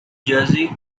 jersey